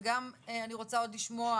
אני רוצה גם לשמוע